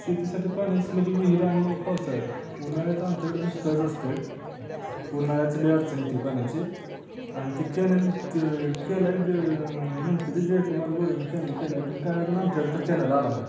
शेतीसाठी पाणीच म्हणजे विहीर आणि पावसाळ्यात उन्हाळ्याचं आमच्याकडं दुष्काळच असतोय उन्हाळ्याची लई अडचण येते आहे पाण्याची आणि ती कॅनल ज केला आहे ज म्हणते ती जयकुमार गोरेनी कॅनल केला आहे पण काय अजून आमच्याकडं तर कॅनल आला नाही